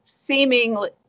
seemingly